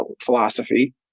philosophy